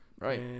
Right